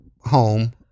home